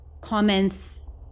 comments